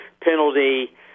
penalty –